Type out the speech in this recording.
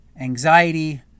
Anxiety